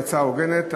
היא הצעה הוגנת.